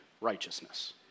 righteousness